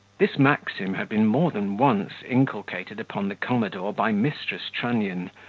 this maxim had been more than once inculcated upon the commodore by mrs. trunnion,